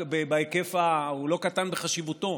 הוא לא קטן בחשיבותו,